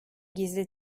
gizli